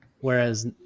whereas